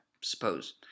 suppose